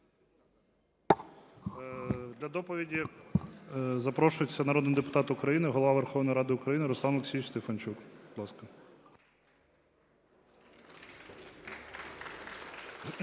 Для доповіді запрошується народний депутат України Голова Верховної Ради України Руслан Олексійович Стефанчук.